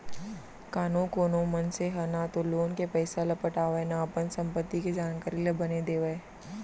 कानो कोनो मनसे ह न तो लोन के पइसा ल पटावय न अपन संपत्ति के जानकारी ल बने देवय